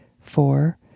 four